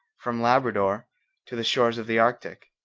from labrador to the shores of the arctic.